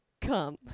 come